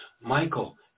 Michael